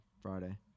Friday